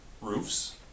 roofs